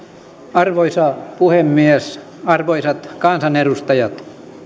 arvoisa puhemies arvoisat kansanedustajat